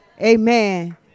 amen